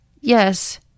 Yes